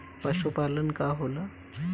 पशुपलन का होला?